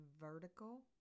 vertical